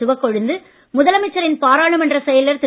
சிவக்கொழுந்து முதலமைச்சரின் பாராளுமன்ற செயலர் திரு